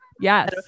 Yes